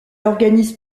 organise